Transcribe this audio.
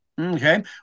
Okay